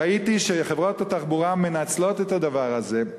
ראיתי שחברות התחבורה מנצלות את הדבר הזה,